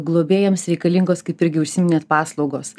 globėjams reikalingos kaip irgi užsiminėt paslaugos